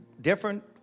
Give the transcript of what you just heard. different